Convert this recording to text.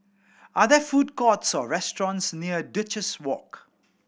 are there food courts or restaurants near Duchess Walk